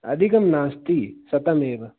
अधिकं नास्ति शतमेव